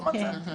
לא מצאתי.